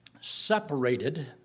Separated